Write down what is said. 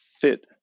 fit